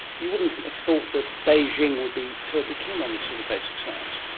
you wouldn't have thought that beijing would be terribly keen on this sort of basic science.